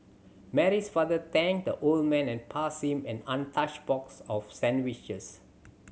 Mary's father thanked the old man and passed him an untouched box of sandwiches